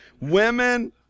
Women